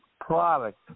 product